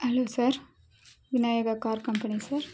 hello sir Vinayaka car கம்பெனியா sir